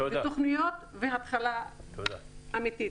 תוכניות והתחלה אמיתית.